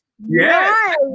Yes